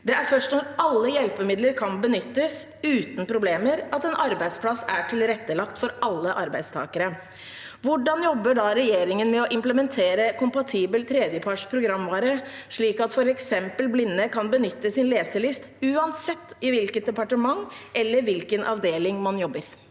Det er først når alle hjelpemidler kan benyttes uten problemer, at en arbeidsplass er tilrettelagt for alle arbeidstakere. Hvordan jobber regjeringen med å implementere kompatibel tredjepartsprogramvare, slik at f.eks. blinde kan benytte sin leselyst, uansett i hvilket departement eller hvilken avdeling man jobber?